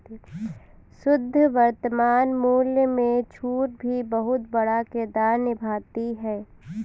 शुद्ध वर्तमान मूल्य में छूट भी बहुत बड़ा किरदार निभाती है